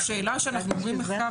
השאלה כשאנחנו אומרים מחקר,